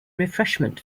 refreshment